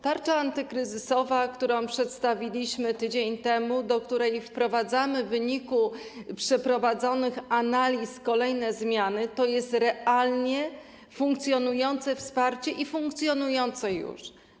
Tarcza antykryzysowa, którą przedstawiliśmy tydzień temu, do której wprowadzamy w wyniku przeprowadzonych analiz kolejne zmiany, to jest realnie funkcjonujące wsparcie i funkcjonujące już.